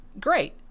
great